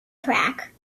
track